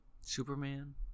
Superman